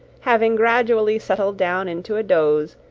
having gradually settled down into a doze,